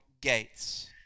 gates